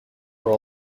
were